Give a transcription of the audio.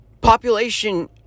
population